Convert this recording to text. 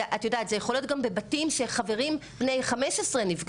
את יודעת זה יכול להיות גם בבתים שחברים בני 15 נפגשים,